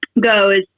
goes